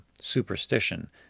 superstition